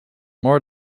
more